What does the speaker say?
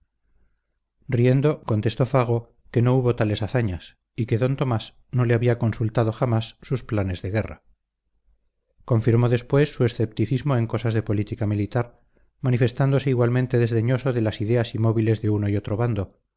riendo contestó fago que no hubo tales hazañas y que don tomás no le había consultado jamás sus planes de guerra confirmó después su escepticismo en cosas de política militar manifestándose igualmente desdeñoso de las ideas y móviles de uno y otro bando